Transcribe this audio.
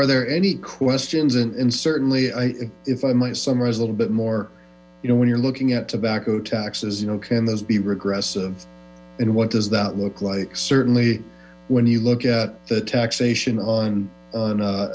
are there any questions and certainly i if i might summarize a little bit more you know when you're looking at tobacco taxes you know can those be regressive and what does that look like certainly when you look the taxation on on